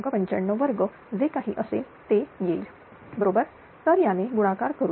952 जे काही असेल ते येईल बरोबर तर याने गुणाकार करूया